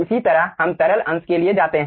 इसी तरह हम तरल अंश के लिए जा सकते हैं